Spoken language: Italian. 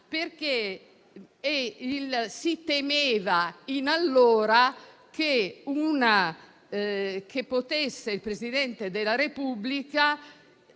perché si temeva allora che il Presidente della Repubblica